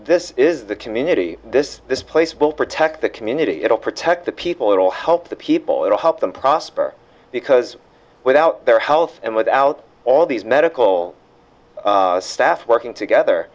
this is the community this this place will protect the community it'll protect the people it'll help the people it'll help them prosper because without their health and without all these medical staff working together